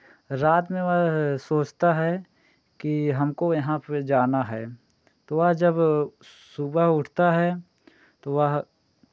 रात में वह सोचता है कि हमको यहाँ पे जाना है तो वह जब सुबह उठता है तो वह